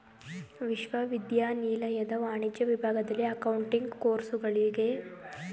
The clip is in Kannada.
ವಿಶ್ವವಿದ್ಯಾನಿಲಯದ ವಾಣಿಜ್ಯ ವಿಭಾಗದಲ್ಲಿ ಅಕೌಂಟಿಂಗ್ ಕೋರ್ಸುಗಳಿಗೆ